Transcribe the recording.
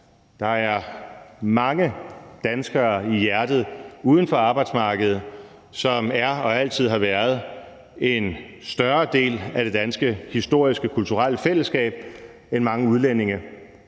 som er danskere i hjertet, og som står uden for arbejdsmarkedet, der er og altid har været en større del af det danske historiske og kulturelle fællesskab, end mange udlændinge